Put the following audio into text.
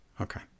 Okay